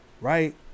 Right